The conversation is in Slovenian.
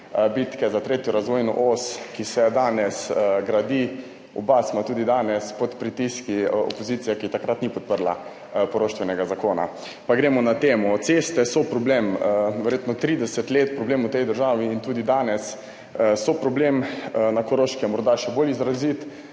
bitke za 3. razvojno os, ki se danes gradi. Oba sva tudi danes pod pritiski opozicije, ki takrat ni podprla poroštvenega zakona. Pa gremo na temo. Ceste so problem, verjetno 30 let problem v tej državi. Tudi danes so problem, na Koroškem morda še bolj izrazit